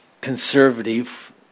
conservative